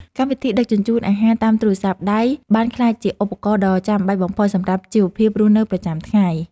កម្មវិធីដឹកជញ្ជូនអាហារតាមទូរស័ព្ទដៃបានក្លាយជាឧបករណ៍ដ៏ចាំបាច់បំផុតសម្រាប់ជីវភាពរស់នៅប្រចាំថ្ងៃ។